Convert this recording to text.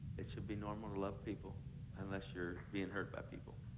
it should be normal to love people unless you're being hurt by people.